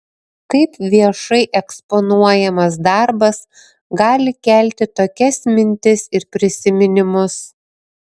kaip viešai eksponuojamas darbas gali kelti tokias mintis ir prisiminimus